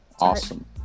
awesome